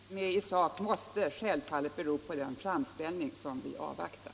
Herr talman! Regeringens ställningstagande i sak måste självfallet bli beroende av den framställning som vi avvaktar.